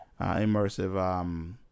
immersive